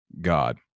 God